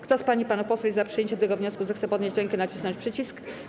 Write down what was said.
Kto z pań i panów posłów jest za przyjęciem tego wniosku, zechce podnieść rękę i nacisnąć przycisk.